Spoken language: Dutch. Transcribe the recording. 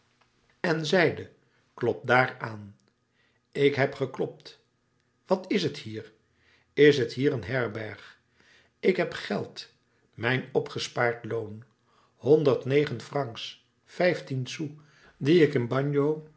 en zeide klop daar aan ik heb geklopt wat is t hier is t hier een herberg ik heb geld mijn opgespaard loon honderd negen francs vijftien sous die ik in bagno